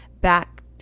back